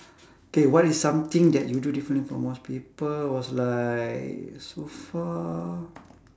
K what is something that you do differently from people was like so far